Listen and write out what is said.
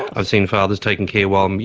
i've seen fathers taking care while, um you